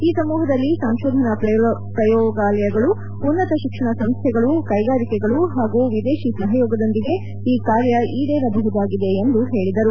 ಈ ಸಮೂಪದಲ್ಲಿ ಸಂಶೋಧನಾ ಪ್ರಯೋಗಾಲಯಗಳು ಉನ್ನತ ಶಿಕ್ಷಣ ಸಂಶ್ವೆಗಳು ಕ್ಷೆಗಾರಿಕೆಗಳು ಹಾಗೂ ವಿದೇಶಿ ಸಹಯೋಗದೊಂದಿಗೆ ಈ ಕಾರ್ಯ ಈಡೇರಬಹುದಾಗಿದೆ ಎಂದು ಹೇಳಿದರು